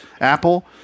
Apple